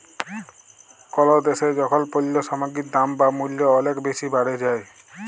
call দ্যাশে যখল পল্য সামগ্গির দাম বা মূল্য অলেক বেসি বাড়ে যায়